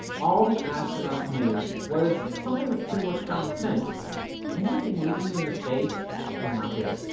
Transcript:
all the astronauts knew was something that's pretty much common sense anything leaking into space is not good.